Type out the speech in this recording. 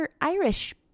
Irish